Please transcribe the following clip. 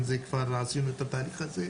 עשינו את התהליך הזה.